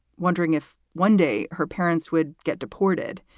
wondering if one day her parents would get deported,